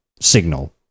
signal